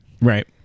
Right